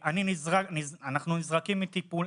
על הסיפור האישי ונתנה באמת הרבה כוח לאנשים לעמוד בפנים גלויות,